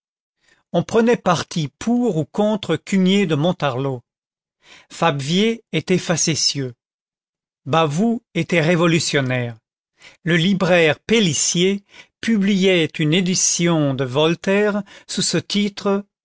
on prenait parti pour ou contre cugnet de montarlot fabvier était factieux bavoux était révolutionnaire le libraire pélicier publiait une édition de voltaire sous ce titre